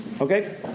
Okay